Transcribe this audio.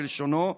בלשונו,